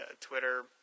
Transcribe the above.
Twitter